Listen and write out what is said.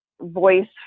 voice